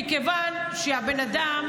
מכיוון שהבן-אדם,